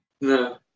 No